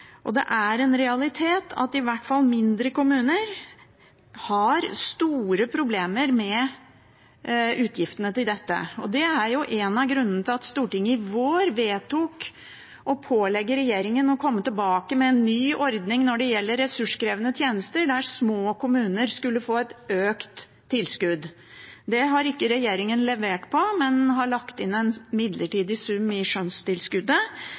Det er en realitet at i hvert fall mindre kommuner har store problemer med utgiftene til dette, og det er en av grunnene til at Stortinget i vår vedtok å pålegge regjeringen å komme tilbake med en ny ordning når det gjelder ressurskrevende tjenester, der små kommuner skulle få et økt tilskudd. Det har ikke regjeringen levert på. De har lagt inn en midlertidig sum i skjønnstilskuddet,